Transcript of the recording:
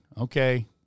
okay